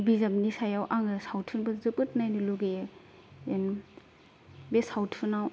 बिजाबनि सायाव आङो सावथुनबो जोबोद नायनो लुगैयो बे सावथुनाव